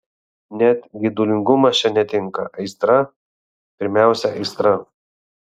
net geidulingumas čia netinka aistra pirmiausia aistra